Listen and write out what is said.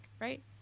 right